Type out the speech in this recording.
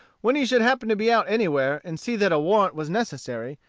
when he should happen to be out anywhere, and see that a warrant was necessary,